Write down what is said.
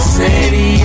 city